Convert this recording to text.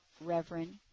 Reverend